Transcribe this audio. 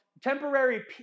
Temporary